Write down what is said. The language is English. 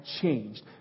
changed